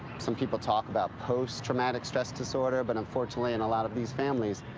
some people talk about post-traumatic stress disorder, but unfortunately, in a lot of these families,